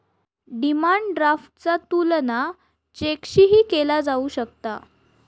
demand ड्राफ्टचा तुलना चेकशीही केला जाऊ शकता